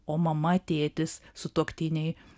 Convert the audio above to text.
o mama tėtis sutuoktiniai